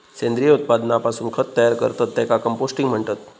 सेंद्रिय उत्पादनापासून खत तयार करतत त्येका कंपोस्टिंग म्हणतत